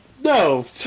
No